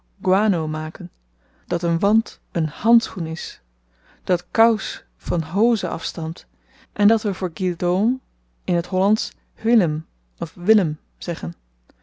guano maken dat een want een handschoen is dat kous van hose afstamt en dat we voor guild heaume in t hollandsch huillem of willem zeggen